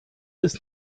ist